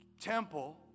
temple